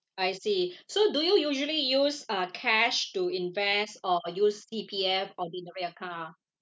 I see so do you usually use uh cash to invest or or use C_P_F ordinary account